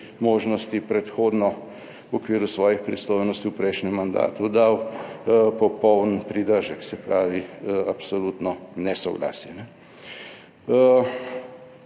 možnosti predhodno v okviru svojih pristojnosti v prejšnjem mandatu dal popoln pridržek. Se pravi, absolutno nesoglasje.